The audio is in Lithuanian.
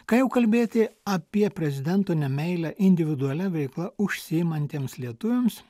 ką jau kalbėti apie prezidento nemeilę individualia veikla užsiimantiems lietuviams